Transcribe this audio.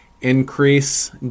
increase